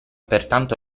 pertanto